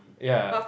yeah